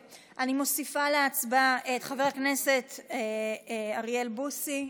אני מוסיפה להצבעה את חבר הכנסת אריאל בוסו,